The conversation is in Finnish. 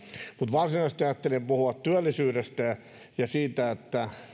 varsinaisesti ajattelin puhua työllisyydestä ja ja siitä